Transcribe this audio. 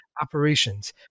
operations